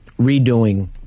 redoing